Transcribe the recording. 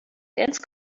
dense